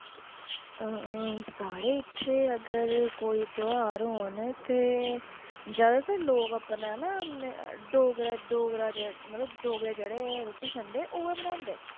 साढ़े इत्थे अगर कोई त्यौहार होन ते जैदातर लोग अपने ना डोगरा डोगरा मतलव डोगरे जेह्ड़े रुट्टी खंदे उऐ बनांदे